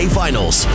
finals